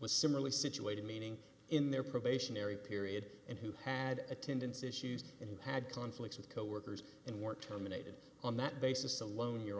was similarly situated meaning in their probationary period and who had attendance issues and had conflicts with coworkers and were terminated on that basis alone you